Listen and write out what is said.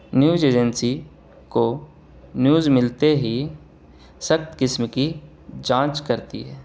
news agency کو news ملتے ہی سخت قسم کی جانچ کرتی ہے